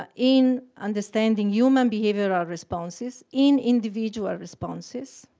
ah in understanding human behavioral responses, in individual responses,